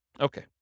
Okay